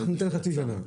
לא, אנחנו ניתן חצי שנה.